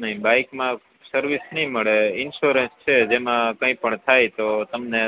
નહીં બાઇકમાં સર્વિસ નહીં મળે ઇન્સુરંસ છે જેમાં કાઇ પણ થાય તો તમને